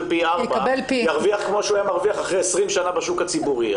פי 4 הוא ירוויח כמו שהוא מרוויח אחרי 20 שנה בשוק' הציבורי.